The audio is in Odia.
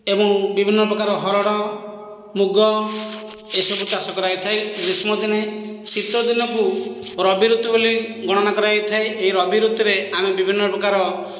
ଏବଂ ବିଭିନ୍ନ ପ୍ରକାର ହରଡ଼ ମୁଗ ଏସବୁ ଚାଷ କରାଯାଇଥାଏ ଗ୍ରୀଷ୍ମଦିନେ ଶୀତଦିନକୁ ରବିଋତୁ ବୋଲି ଗଣନା କରାଯାଇଥାଏ ଏହି ରବିଋତୁରେ ଆମେ ବିଭିନ୍ନ ପ୍ରକାର